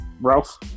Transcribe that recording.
Ralph